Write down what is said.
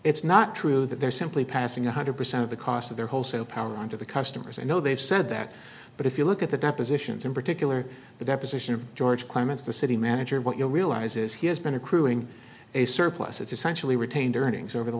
it's not true that they're simply passing one hundred percent of the cost of their wholesale power on to the customers i know they've said that but if you look at the depositions in particular the deposition of george clements the city manager what you'll realize is he has been accruing a surplus it's essentially retained earnings over the